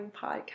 podcast